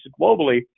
globally